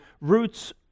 roots